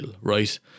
right